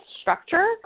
structure